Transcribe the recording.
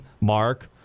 Mark